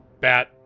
bat